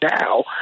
now